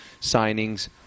signings